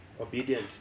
obedient